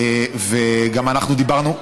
וגם אנחנו דיברנו.